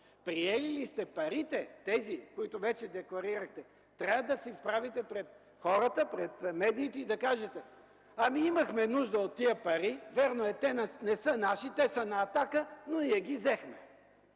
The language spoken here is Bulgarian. приели ли сте парите, тези, които вече декларирахте? Трябва да се изправите пред хората, пред медийте и да кажете: „Ами, имахме нужда от тези пари. Вярно е, те не са наши, те са на „Атака”, но ние ги взехме”.